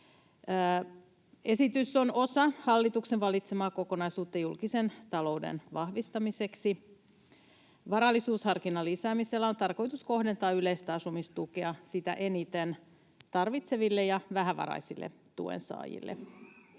Esitys on osa hallituksen valitsemaa kokonaisuutta julkisen talouden vahvistamiseksi. Varallisuusharkinnan lisäämisellä on tarkoitus kohdentaa yleistä asumistukea sitä eniten tarvitseville ja vähävaraisille tuensaajille.